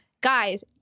guys